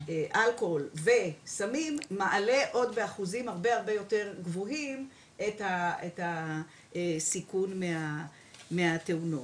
אלכוהול וסמים מעלה עוד באחוזים הרבה יותר גבוהים את הסיכון מהתאונות.